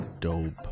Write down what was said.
dope